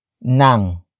Nang